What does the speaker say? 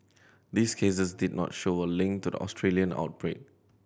these cases did not show a link to the Australian outbreak